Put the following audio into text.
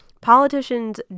Politicians